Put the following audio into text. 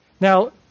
Now